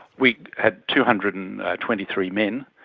we had two hundred and twenty three men,